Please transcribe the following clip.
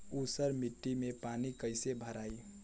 ऊसर मिट्टी में पानी कईसे भराई?